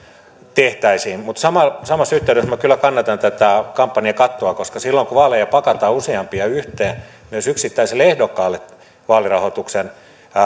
tehtäisiin mutta samassa yhteydessä minä kyllä kannatan tätä kampanjakattoa koska silloin kun vaaleja pakataan useampia yhteen myös yksittäiselle ehdokkaalle vaalirahoituksen